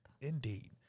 Indeed